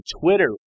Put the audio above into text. Twitter